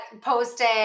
posting